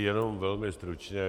Jenom velmi stručně.